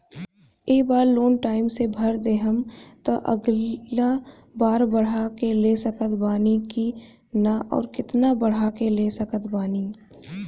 ए बेर loan time से भर देहम त अगिला बार बढ़ा के ले सकत बानी की न आउर केतना बढ़ा के ले सकत बानी?